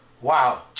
Wow